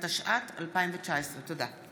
התשע"ט 2019. תודה.